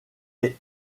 est